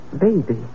baby